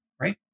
right